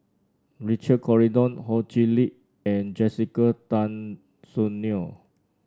Richard Corridon Ho Chee Lick and Jessica Tan Soon Neo